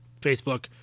Facebook